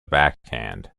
backhand